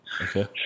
okay